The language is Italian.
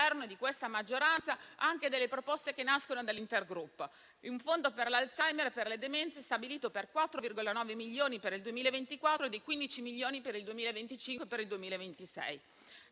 di questa maggioranza anche delle proposte che nascono dall'Intergruppo. Un Fondo per l'Alzheimer e per le demenze, dunque, stabilito per 4,9 milioni per il 2024 e per 15 milioni per il 2025 e per il 2026.